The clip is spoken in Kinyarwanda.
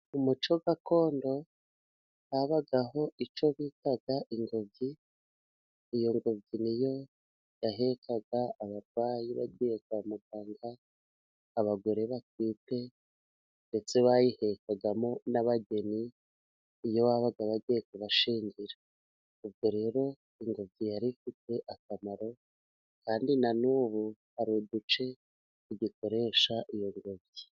Mu muco gakondo habagaho icyo bita ingobyi, iyo ngobyi ni yo yahekaga abarwayi bagiye kwa muganga, abagore batwite, ndetse bayihekagamo n'abageni, iyo babaga bagiye kubashyingira. Ubwo rero ingobyi yari ifite akamaro, kandi na n'ubu hari uduce tugikoresha iyo ngobyi.